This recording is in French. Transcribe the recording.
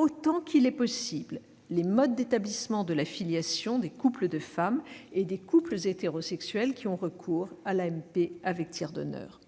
autant qu'il est possible les modes d'établissement de la filiation des couples de femmes et des couples hétérosexuels qui ont recours à l'AMP avec tiers donneur.